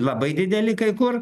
labai dideli kai kur